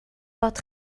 bod